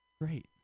Great